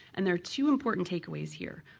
and there are two important take aways here,